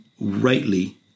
rightly